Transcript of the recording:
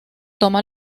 toma